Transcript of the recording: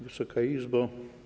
Wysoka Izbo!